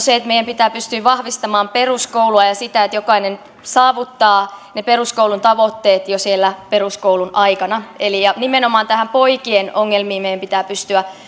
se että meidän pitää pystyä vahvistamaan peruskoulua ja sitä että jokainen saavuttaa ne peruskoulun tavoitteet jo siellä peruskoulun aikana nimenomaan näihin poikien ongelmiin meidän pitää pystyä